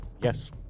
Yes